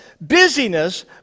Busyness